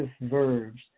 verbs